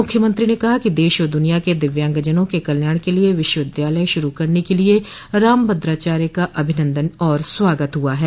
मुख्यमंत्री ने कहा कि देश और दुनिया के दिव्यांगजनों के कल्याण के लिए विश्वविद्यालय शुरू करने के लिए रामभदाचार्य का अभिनंदन और स्वागत हुआ है